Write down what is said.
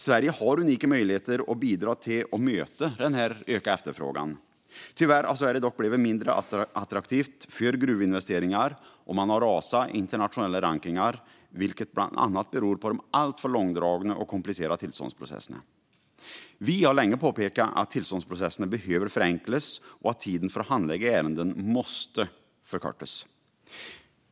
Sverige har unika möjligheter att bidra till att möta denna ökade efterfrågan. Tyvärr har Sverige dock blivit mindre attraktivt för gruvinvesteringar och har rasat i internationella rankningar, vilket bland annat beror på de alltför långdragna och komplicerade tillståndsprocesserna. Vi har länge påpekat att tillståndsprocesserna behöver förenklas och att tiden för att handlägga ärenden måste förkortas.